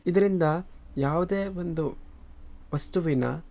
ಇದರಿಂದ ಯಾವುದೇ ಒಂದು ವಸ್ತುವಿನ